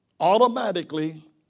Automatically